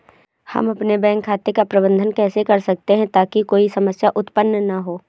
हम अपने बैंक खाते का प्रबंधन कैसे कर सकते हैं ताकि कोई समस्या उत्पन्न न हो?